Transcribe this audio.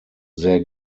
sehr